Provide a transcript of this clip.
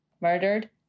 murdered